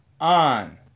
on